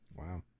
wow